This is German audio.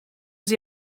sie